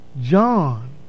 John